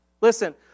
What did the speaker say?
Listen